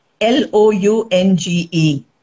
L-O-U-N-G-E